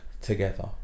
together